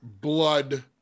blood